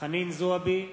חנין זועבי,